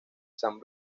san